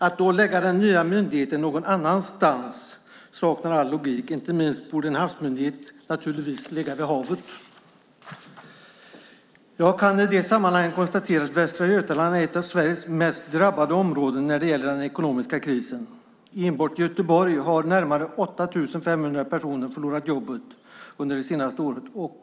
Att lägga den nya myndigheten någon annanstans saknar all logik. Inte minst borde en havsmyndighet naturligtvis ligga vid havet. Jag kan i det sammanhanget konstatera att Västra Götaland är ett av Sveriges mest drabbade områden när det gäller den ekonomiska krisen. I enbart Göteborg har närmare 8 500 personer förlorat jobbet under det senaste året.